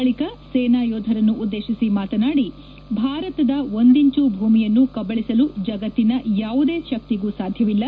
ಬಳಿಕ ಸೇನಾ ಯೋಧರನ್ನು ಉದ್ದೇಶಿಸಿ ಮಾತನಾಡಿ ಭಾರತದ ಒಂದಿಂಚೂ ಭೂಮಿಯನ್ನು ಕಬಳಸಲು ಜಗತ್ತಿನ ಯಾವುದೇ ಶಕ್ತಿಗೂ ಸಾಧ್ಯವಿಲ್ಲ